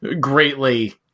greatly